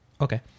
Okay